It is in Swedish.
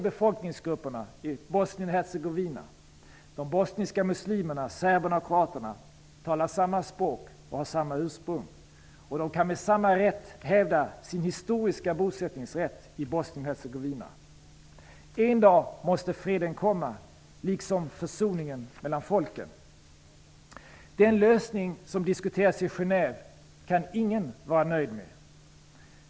Hercegovina -- de bosniska muslimerna, serberna och kroaterna -- talar samma språk och har samma ursprung. De kan med samma rätt hävda sin historiska bosättningsrätt i Bosnien-Hercegovina. En dag måste freden komma, liksom försoningen mellan folken. Den lösning som diskuteras i Genève kan ingen vara nöjd med.